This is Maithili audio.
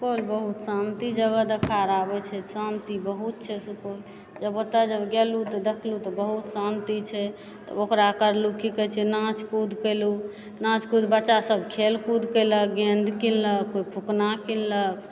सुपौल बहुत शान्ति जगह देखार आबै छै शान्ति बहुत छै सुपौल जब ओतऽ जब गेलहुॅं तब देखलहुॅं तऽ बहुत शान्ति छै तऽ ओकरा करलू तऽ कि कहै छियै नाच कूद कयलू नाच कूद बच्चा सभ खेल कूद केलक गेन्द किनलक कोइ फुकना किनलक